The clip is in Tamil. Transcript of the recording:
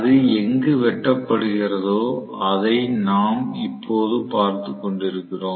அது எங்கு வெட்டுகிறதோ அதை நாம் இப்போது பார்த்துக் கொண்டிருக்கிறோம்